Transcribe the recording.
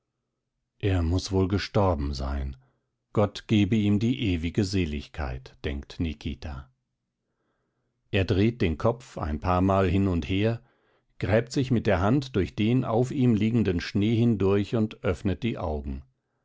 er muß wohl gestorben sein gott gebe ihm die ewige seligkeit denkt nikita er dreht den kopf ein paarmal hin und her gräbt sich mit der hand durch den auf ihm liegenden schnee hindurch und öffnet die augen